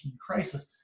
crisis